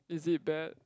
is it bad